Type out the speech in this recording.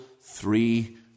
three